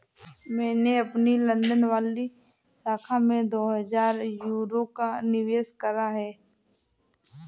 मैंने अपनी लंदन वाली शाखा में दो हजार यूरो का निवेश करा है